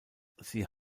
sie